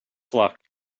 luck